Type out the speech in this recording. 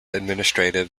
administrative